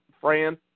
Fran